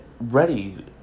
ready